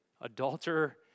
adulterer